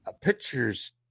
pictures